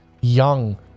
young